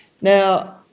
Now